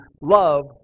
love